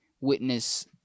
witness